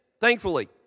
thankfully